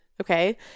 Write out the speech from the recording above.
okay